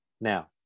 Now